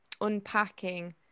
unpacking